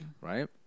right